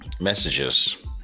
messages